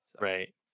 Right